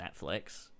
Netflix